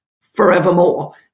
forevermore